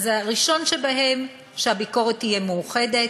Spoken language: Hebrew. הראשון שבהם, שהביקורת תהיה מאוחדת.